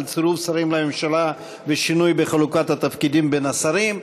על צירוף שרים לממשלה ושינוי בחלוקת התפקידים בין השרים,